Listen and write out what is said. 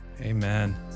Amen